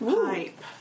pipe